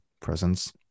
presence